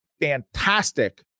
fantastic